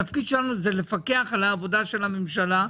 התפקיד שלנו זה לפקח על העבודה של הממשלה.